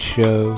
Show